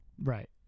Right